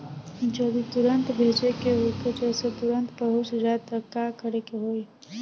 जदि तुरन्त भेजे के होखे जैसे तुरंत पहुँच जाए त का करे के होई?